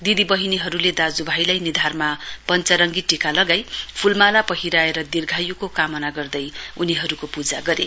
दिती बहिनीहरुले दाज्यु भाईलाई निधारमा पञ्चरङ्गी टिका लगाई फूलमाला पहिराएर दीर्घायुके कामना गर्दै उनीहरुको पूजा गरे